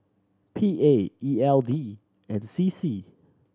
P A E L D and C C